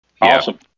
Awesome